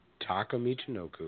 Takamichinoku